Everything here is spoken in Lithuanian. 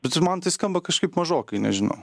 bet čia man tai skamba kažkaip mažokai nežinau